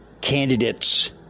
candidates